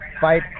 fight